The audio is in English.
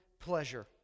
pleasure